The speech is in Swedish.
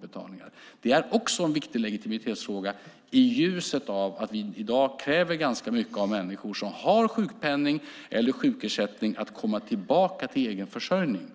Detta är också en viktig legitimitetsfråga i ljuset av att vi i dag i stor utsträckning kräver att människor som har sjukpenning eller sjukersättning ska komma tillbaka till egen försörjning.